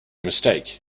mistake